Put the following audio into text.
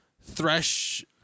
Thresh